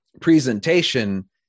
presentation